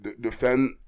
defend